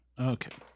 Okay